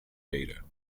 data